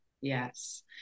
Yes